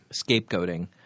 scapegoating